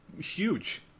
huge